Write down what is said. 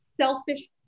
selfish